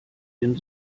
den